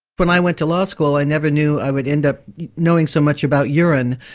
when i went to law school i never knew i would end up knowing so much about urine,